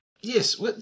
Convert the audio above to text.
Yes